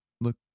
look